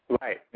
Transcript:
right